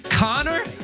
Connor